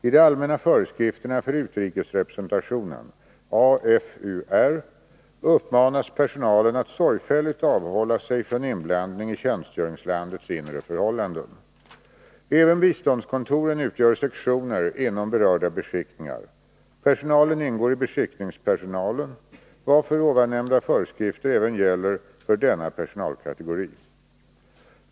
I de allmänna föreskrifterna för utrikesrepresentationen uppmanas personalen att sorgfälligt avhålla sig från inblandning i tjänstgöringslandets inre förhållanden. Även biståndskontoren utgör sektioner inom berörda beskickningar. Personalen ingår i beskickningspersonalen, varför ovannämnda föreskrifter även gäller för denna personalkategori.